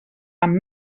amb